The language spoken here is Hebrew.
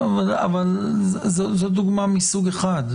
זו דוגמה מסוג אחד.